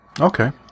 Okay